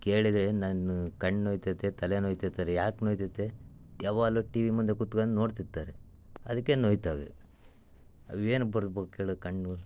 ಕೇಳಿದರೆ ನನ್ನ ಕಣ್ಣು ನೋಯ್ತೈತೆ ತಲೆ ನೋಯ್ತೈತೆ ಅರೆ ಯಾಕೆ ನೋಯ್ತೈತೆ ಯಾವಾಗ್ಲೂ ಟಿ ವಿ ಮುಂದೆ ಕುತ್ಕಂಡ್ ನೋಡ್ತಿರ್ತಾರೆ ಅದಕ್ಕೆ ನೋಯ್ತವೆ ಅವು ಏನಕ್ಕೆ ಬರ್ಬೇಕ್ ಹೇಳು ಕಣ್ಣು